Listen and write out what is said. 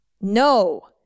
No